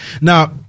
Now